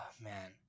man